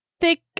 thick